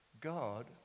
God